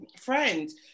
friends